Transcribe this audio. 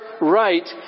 right